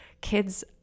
kids